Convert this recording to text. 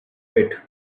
bit